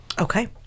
okay